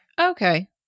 Okay